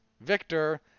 Victor